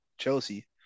Chelsea